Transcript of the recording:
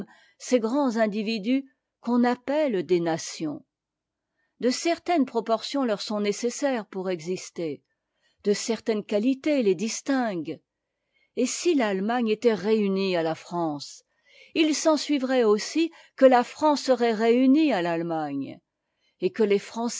ces grands individus qu'on appelle des nations de certaines proportions leur sont nécessaires pour exister de certaines qualités les distinguent et si l'allemagne était réunie à la france il s'ensuivrait aussi que là france serait réunie à l'allemagne et que les